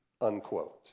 Unquote